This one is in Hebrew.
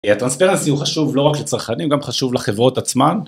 השקיפות הוא חשוב לא רק לצרכנים, גם חשוב לחברות עצמן.